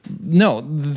No